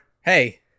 hey